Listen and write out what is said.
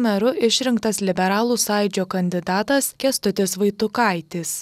meru išrinktas liberalų sąjūdžio kandidatas kęstutis vaitukaitis